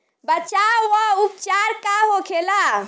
बचाव व उपचार का होखेला?